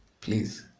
please